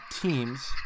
teams